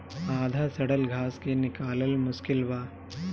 आधा सड़ल घास के निकालल मुश्किल बा